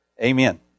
Amen